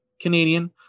Canadian